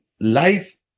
life